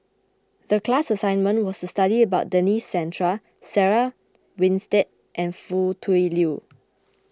the class assignment was to study about Denis Santry Sarah Winstedt and Foo Tui Liew